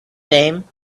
name